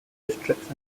districts